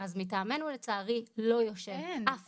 אז מטעמנו, לצערי, לא יושב אף אחד.